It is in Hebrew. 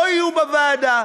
לא יהיו בוועדה,